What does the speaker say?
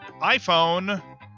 iPhone